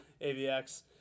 AVX